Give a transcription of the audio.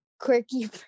quirky